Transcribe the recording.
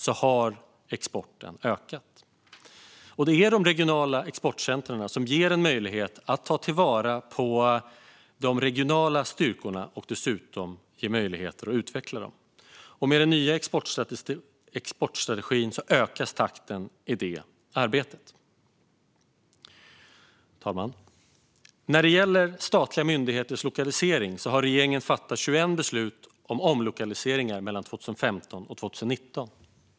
De regionala exportcentrumen ger möjlighet att ta till vara de regionala styrkorna och dessutom utveckla dem. Med den nya exportstrategin ökar takten i det arbetet. Fru talman! När det gäller statliga myndigheters lokalisering har regeringen mellan 2015 och 2019 fattat 21 beslut om omlokaliseringar.